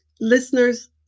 listeners